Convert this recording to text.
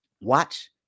Watch